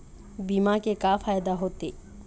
बीमा के का फायदा होते?